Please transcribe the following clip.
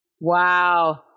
wow